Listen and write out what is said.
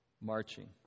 marching